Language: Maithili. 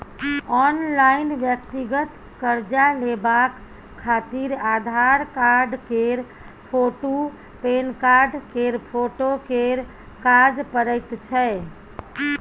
ऑनलाइन व्यक्तिगत कर्जा लेबाक खातिर आधार कार्ड केर फोटु, पेनकार्ड केर फोटो केर काज परैत छै